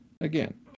again